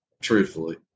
truthfully